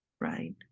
Right